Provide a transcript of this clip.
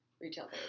retail